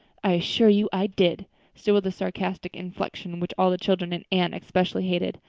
i assure you i did still with the sarcastic inflection which all the children, and anne especially, hated.